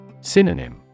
Synonym